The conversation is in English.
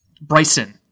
Bryson